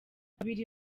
babiri